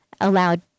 allowed